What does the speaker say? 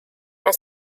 and